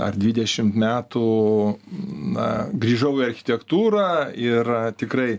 ar dvidešimt metų na grįžau į architektūrą ir tikrai